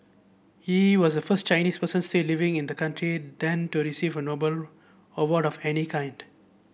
he was the first Chinese person still living in the country then to receive a Nobel award of any kind